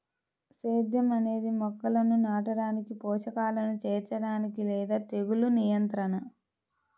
సేద్యం అనేది మొక్కలను నాటడానికి, పోషకాలను చేర్చడానికి లేదా తెగులు నియంత్రణ